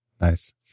Nice